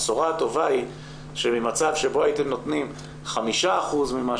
הבשורה הטובה היא שממצב בו הייתם נותנים 5% ממה